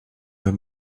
her